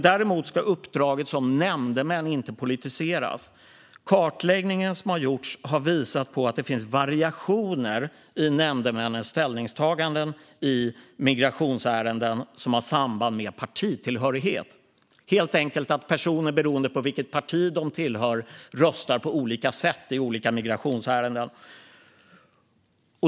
Däremot ska uppdraget som nämndemän inte politiseras. Den kartläggning som har gjorts har visat att det finns variationer som har samband med partitillhörighet i nämndemännens ställningstaganden i migrationsärenden, det vill säga att personer beroende på vilket parti de tillhör röstar på olika sätt i olika migrationsärenden.